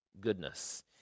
goodness